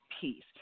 peace